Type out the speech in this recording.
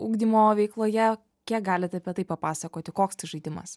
ugdymo veikloje kiek galit apie tai papasakoti koks tas žaidimas